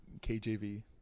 KJV